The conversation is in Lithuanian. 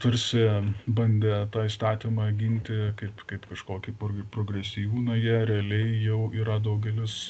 tarsi bandė tą įstatymą ginti kaip kaip kažkokį prog progresyvų na jie realiai jau yra daugelis